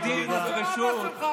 תוכל לומר מה שאתה רוצה בדין וברשות,